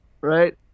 right